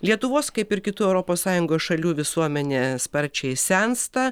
lietuvos kaip ir kitų europos sąjungos šalių visuomenė sparčiai sensta